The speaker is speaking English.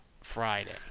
Friday